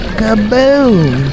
kaboom